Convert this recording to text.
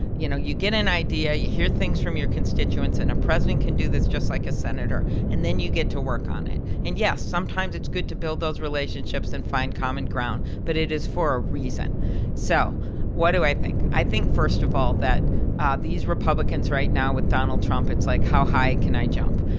you know, you get an idea, you hear things from your constituents and a president can do this just like a senator and then you get to work on it. and yes, sometimes it's good to build those relationships and find common ground, but it is for a reason so what do i think? i think, first of all, that ah these republicans right now with donald trump, it's like, how high can i jump?